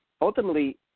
ultimately